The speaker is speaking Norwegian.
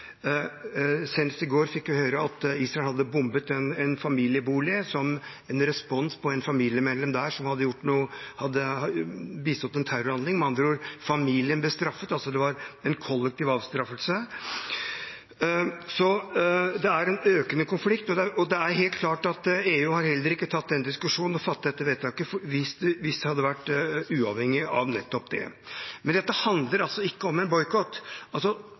i går fikk vi høre at Israel hadde bombet en familiebolig som en respons på at et familiemedlem hadde bistått i en terrorhandling. Familien ble med andre ord straffet. Det var en kollektiv avstraffelse. Det er en økende konflikt, og det er helt klart at EU hadde ikke tatt den diskusjonen og fattet det vedtaket hvis det hadde vært uavhengig av nettopp det. Dette handler ikke om en boikott.